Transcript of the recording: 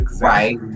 right